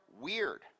weird